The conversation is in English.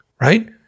right